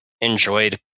enjoyed